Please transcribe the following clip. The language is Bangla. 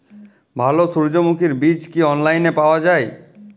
ভালো সূর্যমুখির বীজ কি অনলাইনে পাওয়া যায়?